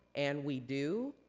and we do.